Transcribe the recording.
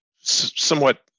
somewhat